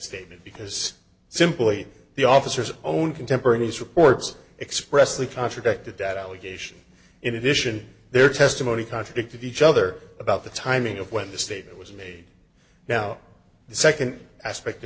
statement because simply the officers own contemporaneous reports expressly contradicted that allegation in addition their testimony contradicted each other about the timing of when the statement was made now the nd aspect in